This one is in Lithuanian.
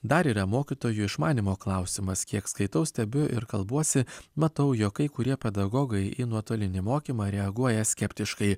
dar yra mokytojų išmanymo klausimas kiek skaitau stebiu ir kalbuosi matau jog kai kurie pedagogai į nuotolinį mokymą reaguoja skeptiškai